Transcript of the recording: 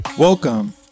Welcome